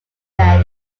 said